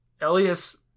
Elias